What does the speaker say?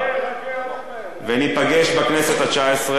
וניפגש בכנסת התשע-עשרה,